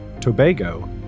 Tobago